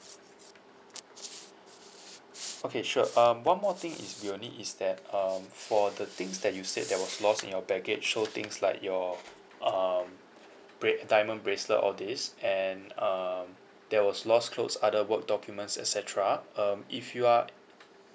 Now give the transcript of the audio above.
okay sure um one more thing is we'll need is that um for the things that you said that was lost in your baggage show things like your um bra~ diamond bracelet all these and um there was lost close other work documents et cetera um if you are